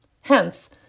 Hence